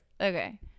Okay